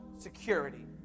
security